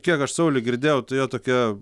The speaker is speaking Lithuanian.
kiek aš saulių girdėjau tai jo tokia